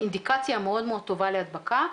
אינדיקציה מאוד טובה להדבקה,